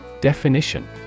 Definition